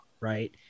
right